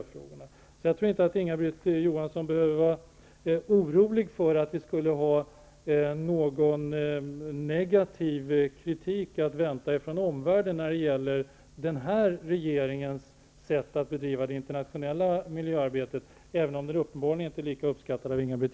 Jag tror alltså inte att Inga-Britt Johansson behöver vara orolig för att vi kan vänta någon negativ kritik från omvärlden när det gäller den här regeringens sätt att bedriva det internationella miljöarbetet, även om det uppenbarligen inte är lika uppskattat av Inga-Britt